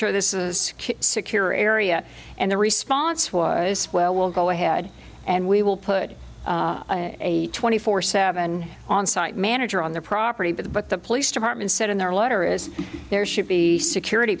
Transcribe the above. sure this is a secure secure area and the response was well we'll go ahead and we will put a twenty four seven on site manager on the property but but the police department said in their letter is there should be security